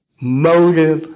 Motive